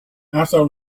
after